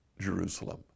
Jerusalem